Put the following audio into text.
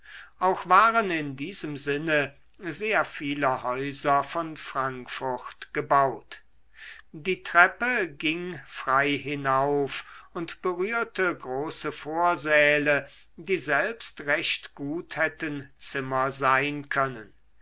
auch waren in diesem sinne sehr viele häuser von frankfurt gebaut die treppe ging frei hinauf und berührte große vorsäle die selbst recht gut hätten zimmer sein können